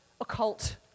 occult